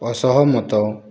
ଅସହମତ